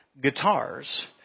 guitars